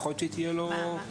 יכול להיות שהיא תהיה לא מבוטלת.